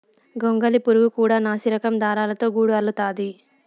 గొంగళి పురుగు కూడా నాసిరకం దారాలతో గూడు అల్లుతాది